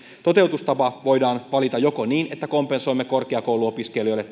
toteutustapa voidaan valita niin että joko kompensoimme korkeakouluopiskelijoille